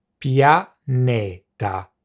Pianeta